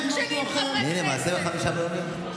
שיקשיבו לך גם בוועדת חוקה.